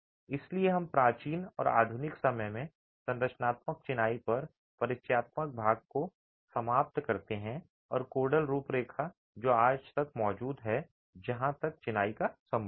इसलिए हम प्राचीन और आधुनिक समय में संरचनात्मक चिनाई पर परिचयात्मक भाग को समाप्त करते हैं और कोडल रूपरेखा जो आज तक मौजूद है जहां तक चिनाई का संबंध है